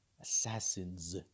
Assassin's